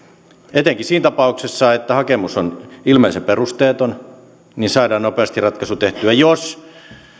etenkin siinä tapauksessa että hakemus on ilmeisen perusteeton niin että saadaan nopeasti ratkaisu tehtyä jos